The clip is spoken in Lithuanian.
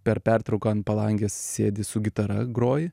per pertrauką ant palangės sėdi su gitara groji